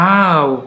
Wow